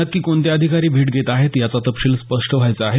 नक्की कोणते अधिकारी भेट घेत आहेत याचा तपशील स्पष्ट व्हायचा आहे